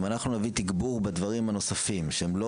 אם אנחנו נביא תגבור בדברים הנוספים שהם לא